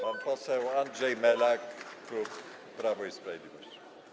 Pan poseł Andrzej Melak, klub Prawo i Sprawiedliwość.